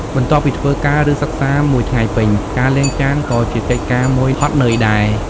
បន្ទាប់ពីធ្វើការ ឬ សិក្សាមួយថ្ងៃពេញ ការលាងចានក៏ជាកិច្ចការមួយហត់នឿយដែរ។